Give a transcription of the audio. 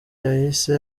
yahise